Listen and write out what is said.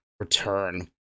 Return